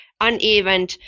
uneven